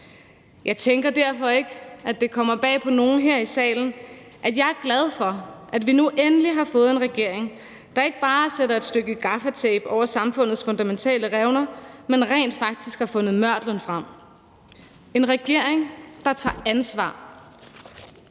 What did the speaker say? Jeg tænker derfor ikke, at det kommer bag på nogen her i salen, at jeg er glad for, at vi nu endelig har fået en regering, der ikke bare sætter et stykke gaffatape over samfundets fundamentale revner, men rent faktisk har fundet mørtlen frem – en regering, der tager ansvar.